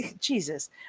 jesus